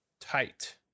Tight